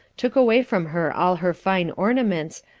took away from her all her fine ornaments,